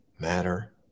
matter